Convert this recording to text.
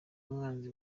umwanzi